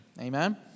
Amen